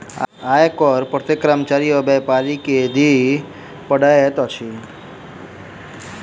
आय कर प्रत्येक कर्मचारी आ व्यापारी के दिअ पड़ैत अछि